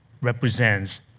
represents